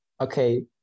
okay